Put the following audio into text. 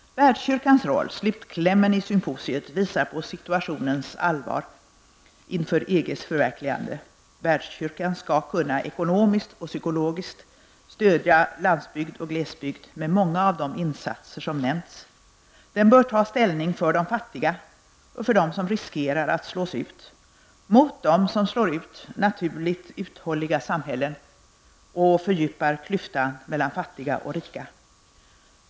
Världskyrkans roll, slutklämmen i symposiet, visar på situationens allvar inför EGs förverligande. Världskyrkan skall kunna ekonomiskt och psykologiskt stödja landsbygd och glesbygd med många av de insatser som nämnts; den bör ta ställning för de fattiga och för dem som riskerar att slås ut -- mot dem som slår ut naturligt uthålliga samhällen och fördjupar klyftan mellan fattiga och rika.